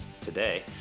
today